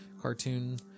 cartoon